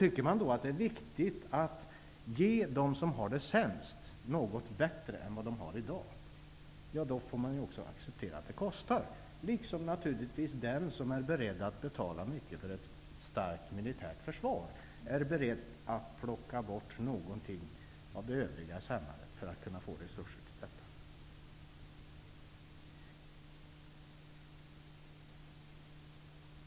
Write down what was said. Tycker man att det är viktigt att ge dem som har det sämst något bättre än vad de har i dag, får man också acceptera att det kostar, liksom naturligtvis den som är beredd att betala för ett mycket starkt militärt försvar är beredd att plocka bort någonting i det övriga samhället för att få resurser till detta.